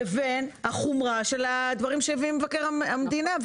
לבין חומרת הדברים שהביא מבקר המדינה.